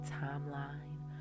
timeline